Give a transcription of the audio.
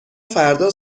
فردا